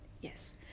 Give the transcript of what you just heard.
Yes